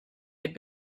had